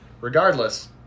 Regardless